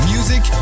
Music